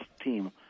team